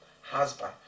husband